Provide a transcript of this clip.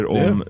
om